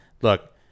Look